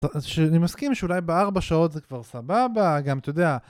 אז אני מסכים שאולי בארבע שעות זה כבר סבבה, גם אתה יודע.